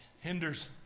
hinders